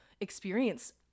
experience